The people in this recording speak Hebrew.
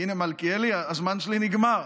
הינה, מלכיאלי, הזמן שלי נגמר.